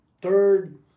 third